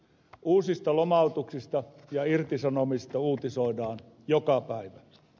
uusista lomautuksista ja irtisanomisista uutisoidaan joka päivä